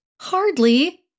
Hardly